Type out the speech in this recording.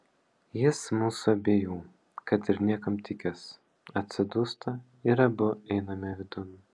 jis mūsų abiejų kad ir niekam tikęs atsidūsta ir abu einame vidun